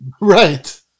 Right